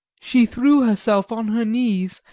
she threw herself on her knees,